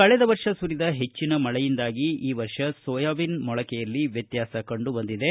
ಕಳೆದ ವರ್ಷ ಸುರಿದ ಹೆಚ್ಚನ ಪ್ರವಾಹದಿಂದಾಗಿ ಈ ವರ್ಷ ಸೋಯಾಬಿನ್ ಮೊಳಕೆಯಲ್ಲಿ ವ್ಯತ್ಯಾಸ ಕಂಡುಬಂದಿದೆ